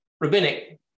rabbinic